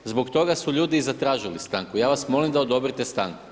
Zbog toga su ljudi i zatražili stanku, ja vas molim da odobrite stanku.